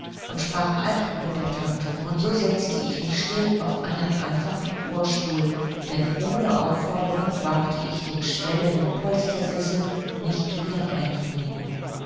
und sprach eifrig mit der tante und so setzte ich mich still auf einen einfachen rohrstuhl denn ohne aufforderung wagte ich den schwellenden polstersessel nicht wieder einzunehmen